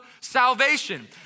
salvation